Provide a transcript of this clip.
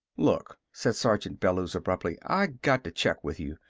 look! said sergeant bellews abruptly. i got to check with you.